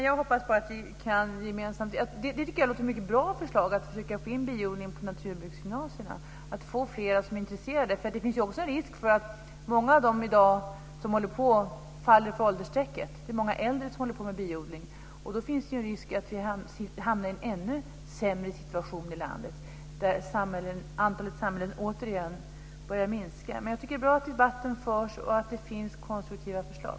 Fru talman! Det tycker jag låter som ett mycket bra förslag att försöka få biodlingen på naturbruksgymnasier för att få fler intresserade. Jag tror att många av dem som håller på med det i dag faller för åldersstrecket. Det är många äldre som håller på med biodling. Det finns risk att vi hamnar i en ännu sämre situation i landet, där antalet samhällen återigen börjar minska. Jag tycker att det är bra att debatten förs och att det finns konstruktiva förslag.